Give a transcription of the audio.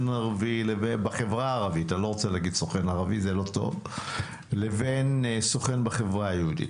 בחברה הערבית לבין סוכן בחברה היהודית.